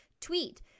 tweet